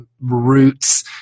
roots